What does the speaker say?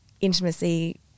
intimacy